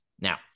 Now